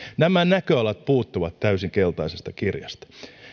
nämä näköalat puuttuvat täysin keltaisesta kirjasta